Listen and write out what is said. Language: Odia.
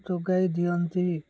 ଯୋଗାଇ ଦିଅନ୍ତି